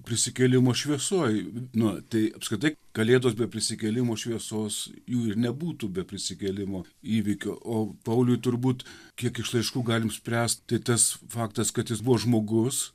prisikėlimo šviesoj nu tai apskritai kalėdos be prisikėlimo šviesos jų ir nebūtų be prisikėlimo įvykio o pauliui turbūt kiek iš laiškų galim spręst tai tas faktas kad jis buvo žmogus